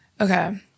Okay